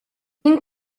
quin